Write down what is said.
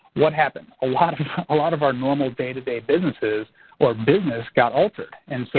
what happens. a lot of ah lot of our normal day-to-day businesses or business got altered and so.